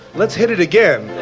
let's hit it again.